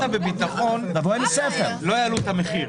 אמרת בביטחון שלא יעלו את המחיר.